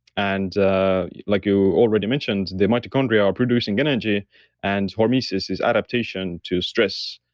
and ah like you already mentioned, the mitochondria are producing energy and hormesis is adaptation to stress.